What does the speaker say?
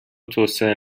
توسعه